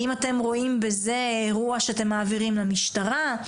האם אתם רואים בזה אירוע שאתם מעבירים למשטרה.